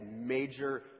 major